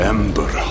Ember